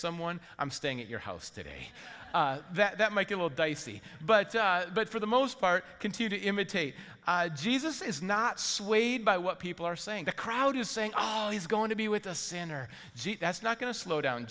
someone i'm staying at your house today that might be a little dicey but but for the most part continue to imitate jesus is not swayed by what people are saying the crowd is saying he's going to be with a sinner that's not going to slow down